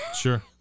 Sure